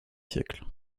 siècle